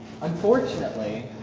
Unfortunately